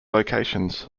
locations